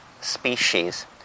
species